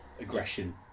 aggression